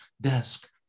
desk